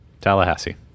Tallahassee